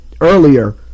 earlier